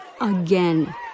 Again